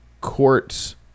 courts